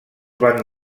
van